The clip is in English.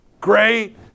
Great